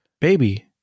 baby